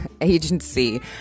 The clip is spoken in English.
agency